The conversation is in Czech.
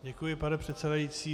Děkuji, pane předsedající.